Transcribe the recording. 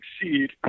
succeed